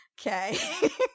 Okay